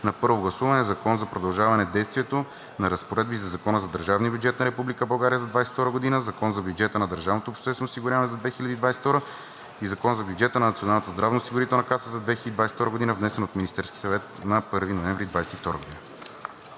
на първо гласуване Закона за продължаване действието на разпоредби на Закона за държавния бюджет на Република България за 2022 г., Закона за бюджета на държавното обществено осигуряване за 2022 г. и Закона за бюджета на Националната здравноосигурителна каса за 2022 г., внесен от Министерския съвет на 1 ноември 2022 г.“